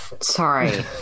Sorry